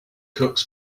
cooks